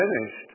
finished